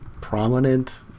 prominent